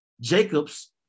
Jacobs